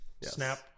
Snap